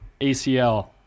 ACL